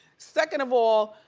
second of all,